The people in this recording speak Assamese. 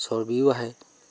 চৰ্বিও আহে